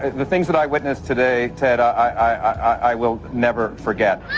the things that i witnessed today, ted, i i will never forget.